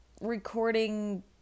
recording